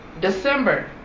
December